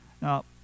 Now